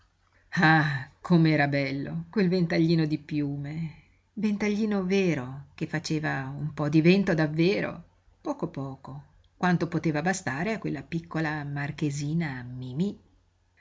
com'era bello quel ventaglino di piume ventaglino vero che faceva un po di vento davvero poco poco quanto poteva bastare a quella piccola marchesina mimí